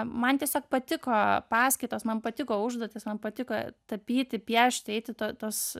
man tiesiog patiko paskaitos man patiko užduotys man patiko tapyti piešti eit į tuo tuos